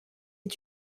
est